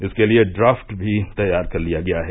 इसके लिये ड्रॉफ्ट भी तैयार कर लिया गया है